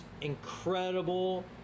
incredible